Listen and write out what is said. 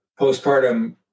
postpartum